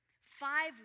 Five